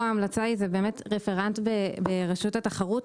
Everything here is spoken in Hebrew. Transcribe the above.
ההמלצה שלנו היא לרפרנט ברשות התחרות,